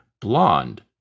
blonde